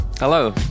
Hello